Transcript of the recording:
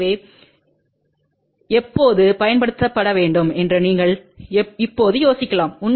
எனவே எப்போது பயன்படுத்தப்பட வேண்டும் என்று நீங்கள் இப்போது யோசிக்கலாம்